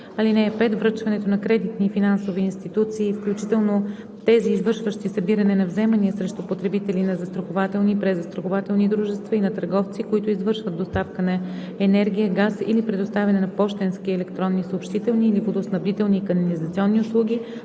ал. 5: „(5) Връчването на кредитни и финансови институции, включително тези, извършващи събиране на вземания срещу потребители, на застрахователни и презастрахователни дружества и на търговци, които извършват доставка на енергия, газ или предоставяне на пощенски, електронни съобщителни или водоснабдителни и канализационни услуги,